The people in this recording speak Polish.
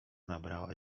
nabrała